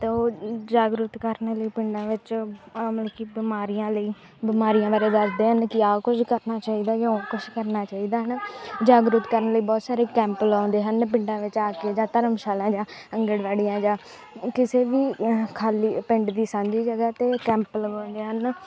ਤਾਂ ਉਹ ਜਾਗਰੂਕ ਕਰਨ ਲਈ ਪਿੰਡਾਂ ਵਿੱਚ ਅ ਮਤਲਬ ਕਿ ਬਿਮਾਰੀਆਂ ਲਈ ਬਿਮਾਰੀਆਂ ਬਾਰੇ ਦੱਸਦੇ ਹਨ ਕਿ ਆਹ ਕੁਝ ਕਰਨਾ ਚਾਹੀਦਾ ਜਾਂ ਉਹ ਕੁਛ ਕਰਨਾ ਚਾਹੀਦਾ ਹੈ ਨਾ ਜਾਗਰੂਕ ਕਰਨ ਲਈ ਬਹੁਤ ਸਾਰੇ ਕੈਂਪ ਲਾਉਂਦੇ ਹਨ ਪਿੰਡਾਂ ਵਿੱਚ ਆ ਕੇ ਜਾਂ ਧਰਮਸ਼ਾਲਾ ਜਾਂ ਆਂਗਣਵਾੜੀਆਂ ਜਾਂ ਅ ਕਿਸੇ ਵੀ ਅਹ ਖਾਲੀ ਪਿੰਡ ਦੀ ਸਾਂਝੀ ਜਗ੍ਹਾ 'ਤੇ ਕੈਂਪ ਲਵਾਉਂਦੇ ਹਨ